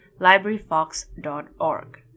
libraryfox.org